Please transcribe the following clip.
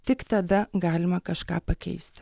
tik tada galima kažką pakeisti